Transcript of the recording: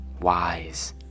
wise